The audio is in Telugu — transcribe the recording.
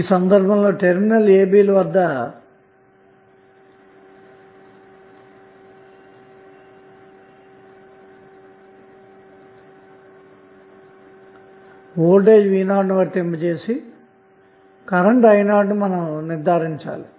ఈ సందర్భంలో టెర్మినల్ ab ల వద్దఒకవోల్టేజ్ v 0 నువర్తింపజేసి కరెంట్ను i 0 ను నిర్ధారించాలి